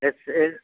yes yes